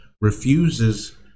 refuses